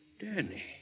Danny